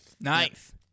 Nice